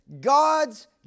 God's